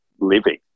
living